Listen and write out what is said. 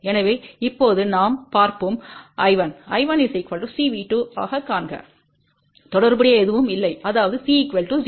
எனவே இப்போது நாம் பார்ப்போம் I1 I1 CV2ஐக்காண்க V2தொடர்புடைய எதுவும் இல்லை அதாவது C 0